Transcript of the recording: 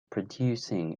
producing